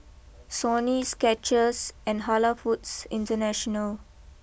Sony Skechers and Halal Foods International